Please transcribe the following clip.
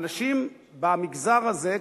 אנשים במגזר הזה,